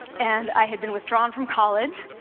and i had been withdrawn from college,